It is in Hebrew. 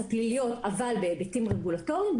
הפליליות אבל בהיבטים רגולטוריים,